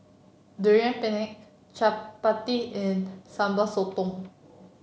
Durian Pengat Chappati and Sambal Sotong